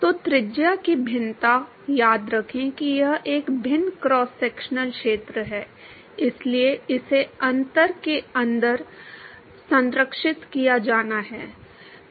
तो त्रिज्या की भिन्नता याद रखें कि यह एक भिन्न क्रॉस सेक्शनल क्षेत्र है इसलिए इसे अंतर के अंदर संरक्षित किया जाना है